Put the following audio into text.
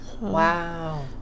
Wow